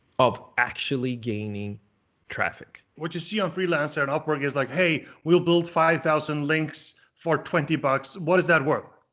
of actually gaining traffic. what you see on freelancer and upwork is like, hey, we'll build five thousand links for twenty bucks. what is that worth?